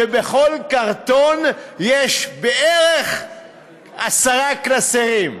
ובכל קרטון יש בערך עשרה קלסרים.